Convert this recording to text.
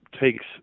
takes